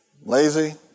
Lazy